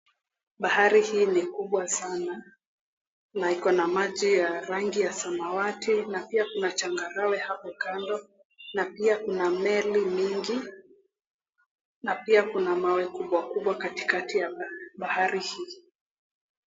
Bahari hii ni kubwa sana, na iko na maji ya rangi ya samawati, na pia kuna changarawe hapo kando na pia kuna meli mingi na pia kuna mawe kubwa kubwa katikati ya bahari hii.